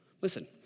Listen